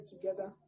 together